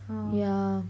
ah yeah